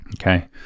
Okay